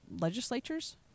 Legislatures